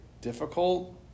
difficult